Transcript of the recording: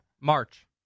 March